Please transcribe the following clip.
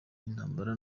intambara